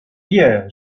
wie